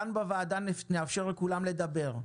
כאן בוועדה נאפשר לכולם לדבר,